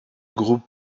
groupes